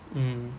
mm